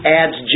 adds